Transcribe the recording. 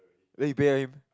then you pay him